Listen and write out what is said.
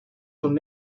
son